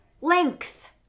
Length